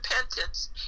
repentance